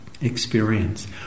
experience